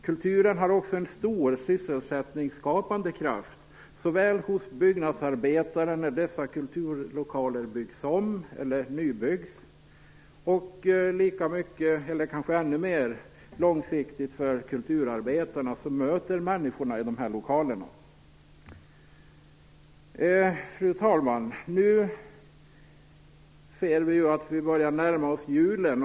Kulturen har också en stor sysselsättningsskapande kraft, både hos byggnadsarbetare, när dessa kulturlokaler byggs om eller nybyggs, och lika mycket eller långsiktigt kanske ännu mer för kulturarbetarna som möter människorna i de här lokalerna. Fru talman! Vi börjar ju nu närma oss julen.